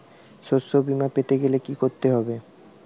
শষ্যবীমা পেতে গেলে কি করতে হবে?